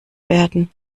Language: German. werden